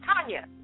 Tanya